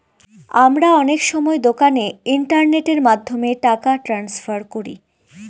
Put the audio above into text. আমরা অনেক সময় দোকানে ইন্টারনেটের মাধ্যমে টাকা ট্রান্সফার করি